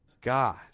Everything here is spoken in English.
God